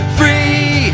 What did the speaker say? free